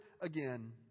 again